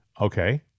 Okay